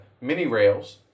mini-rails